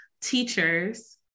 teachers